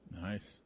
nice